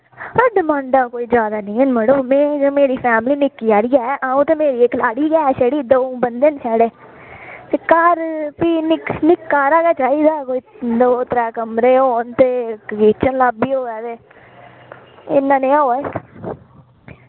डिमांडां कोई ज्यादा नी हैन मड़ो मैं ते मेरी फैमली निक्की हारी ऐ आऊं ते मेरी इक लाड़ी गै छड़ी द'ऊं बंदे न छड़े ते घर फ्ही निक निक्का हारा गै चाहिदा कोई दो त्रै कमरे होन ते किचन लाब्बी होऐ ते इन्ना नेहा होऐ